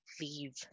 leave